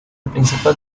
principal